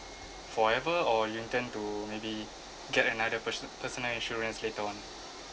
forever or you intend to maybe get another pers~ personal insurance later on